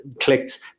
clicked